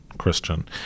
Christian